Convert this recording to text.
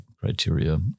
criteria